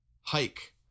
hike